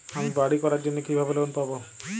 আমি বাড়ি করার জন্য কিভাবে লোন পাব?